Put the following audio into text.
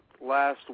last